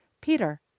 Peter